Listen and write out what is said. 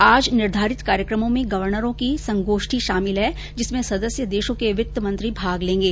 आज निर्धारित कार्यक्रमों में गवर्नरों की संगोष्ठी शामिल है जिसमें सदस्य देशों के वित्त मंत्री भाग लेंगे